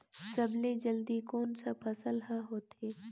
सबले जल्दी कोन सा फसल ह होथे?